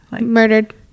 murdered